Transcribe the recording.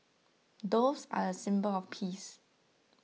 doves are a symbol of peace